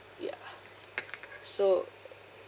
ya so